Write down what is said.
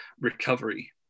recovery